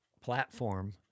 platform